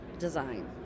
design